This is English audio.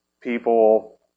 people